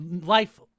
life